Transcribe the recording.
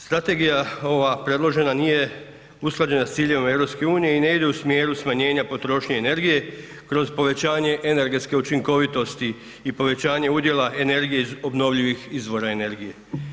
Strategija ova predložena nije usklađena s ciljevima EU i ne ide u smjeru smanjenja potrošnje energije kroz povećanje energetske učinkovitosti i povećanja udjela energije iz obnovljivih izvora energije.